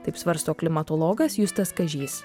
taip svarsto klimatologas justas kažys